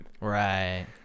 Right